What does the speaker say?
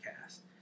cast